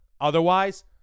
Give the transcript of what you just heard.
otherwise